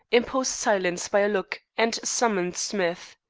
imposed silence by a look, and summoned smith.